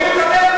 היא שרת הבריאות.